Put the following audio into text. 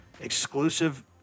exclusive